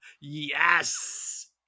Yes